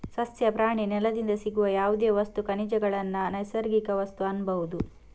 ಸಸ್ಯ, ಪ್ರಾಣಿ, ನೆಲದಿಂದ ಸಿಗುವ ಯಾವುದೇ ವಸ್ತು, ಖನಿಜಗಳನ್ನ ನೈಸರ್ಗಿಕ ವಸ್ತು ಅನ್ಬಹುದು